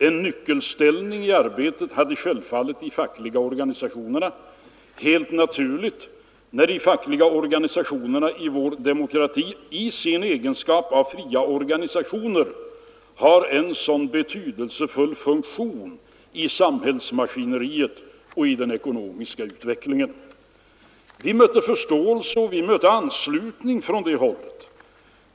En nyckelställning i arbetet fick självfallet de fackliga organisationerna; det är helt naturligt, att de fackliga organisationerna i vår demokrati — i sin egenskap av fria organisationer — har en mycket betydelsefull position i samhällsmaskineriet och i den ekonomiska utvecklingen. Vi mötte förståelse och anslutning från det hållet.